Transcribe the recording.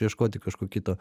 ieškoti kažko kito